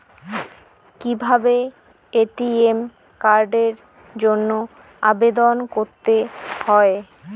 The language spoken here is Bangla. কিভাবে এ.টি.এম কার্ডের জন্য আবেদন করতে হয়?